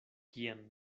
kiam